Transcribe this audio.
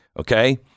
okay